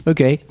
Okay